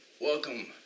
welcome